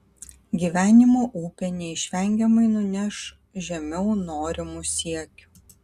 gyvenimo upė neišvengiamai nuneš žemiau norimų siekių